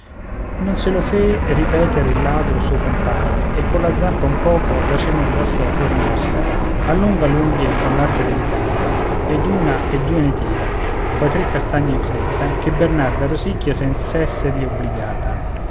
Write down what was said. non se lo fe ripetere il ladro suo compare e colla zampa un poco la cenere dal foco rimossa allunga l'unghie con arte delicata ed una e due ne tira poi tre castagne in fretta che bernarda rosicchia senz'essergli obbligata